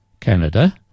Canada